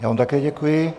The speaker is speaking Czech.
Já vám také děkuji.